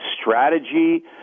strategy